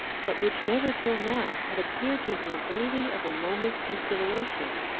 but which never till now had appeared to her worthy of a moment's consideration.